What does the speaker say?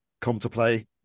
come-to-play